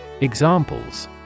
Examples